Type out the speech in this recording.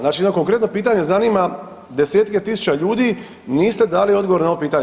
Znači jedno konkretno pitanje zanima desetke tisuća ljudi, niste dali odgovor na ovo pitanje.